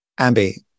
Ambi